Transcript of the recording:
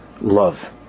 love